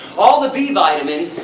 all the b-vitamins,